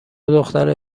دختر